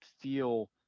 feel